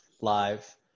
live